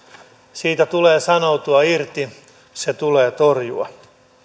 siitä tulee sanoutua irti se tulee torjua